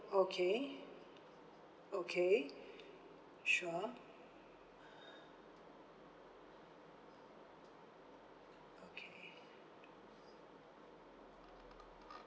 okay okay sure uh okay